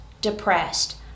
depressed